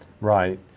Right